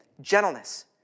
gentleness